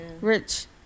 Rich